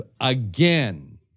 again